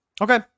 Okay